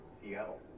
Seattle